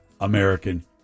American